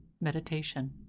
meditation